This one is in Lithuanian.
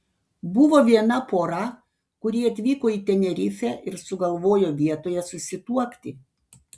buvo viena pora kuri atvyko į tenerifę ir sugalvojo vietoje susituokti